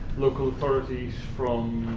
local authorities from